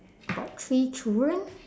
got three children